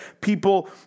people